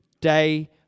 day